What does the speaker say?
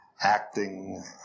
acting